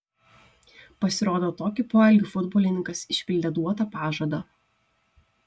pasirodo tokiu poelgiu futbolininkas išpildė duotą pažadą